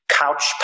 couch